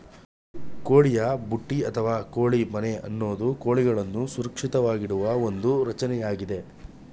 ಕೋಳಿಯ ಬುಟ್ಟಿ ಅಥವಾ ಕೋಳಿ ಮನೆ ಅನ್ನೋದು ಕೋಳಿಗಳನ್ನು ಸುರಕ್ಷಿತವಾಗಿಡುವ ಒಂದು ರಚನೆಯಾಗಿದೆ